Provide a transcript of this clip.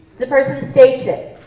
the person states it.